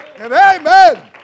Amen